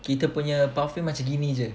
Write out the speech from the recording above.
kita punya pathway macam gini jer